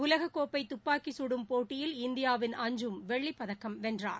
உலகக் கோப்பை துப்பாக்கிச் கடும் போட்டியில் இந்தியாவின் அஞ்சும் வெள்ளிப் பதக்கம் வென்றார்